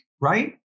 right